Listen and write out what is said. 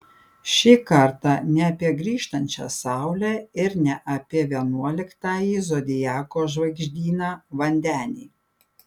šį kartą ne apie grįžtančią saulę ir ne apie vienuoliktąjį zodiako žvaigždyną vandenį